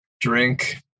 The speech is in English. drink